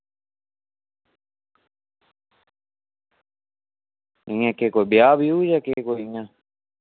इंया केह् कोई ब्याह् जां इंया